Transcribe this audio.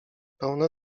pełne